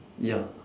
ya